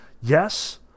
Yes